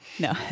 No